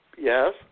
Yes